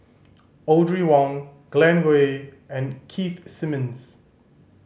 Audrey Wong Glen Goei and Keith Simmons